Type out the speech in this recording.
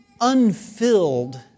unfilled